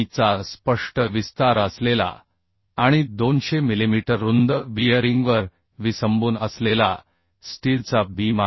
चा स्पष्ट विस्तार असलेला आणि 200 मिलिमीटर रुंद बीयरिंगवर विसंबून असलेला स्टीलचा बीम आहे